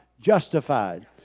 justified